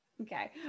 Okay